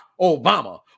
Obama